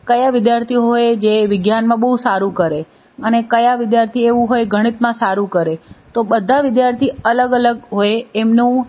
કયા વિધાર્થીઓ હોય જે વિજ્ઞાનમાં બહુ સારું કરે અને કયા વિધાર્થી એવું હોય ગણિતમાં સારું કરે તો બધા વિધાર્થી અલગ અલગ હોય એમનું